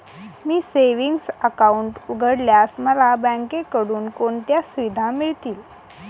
मी savings account उघडल्यास मला बँकेकडून कोणत्या सुविधा मिळतील?